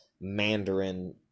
Mandarin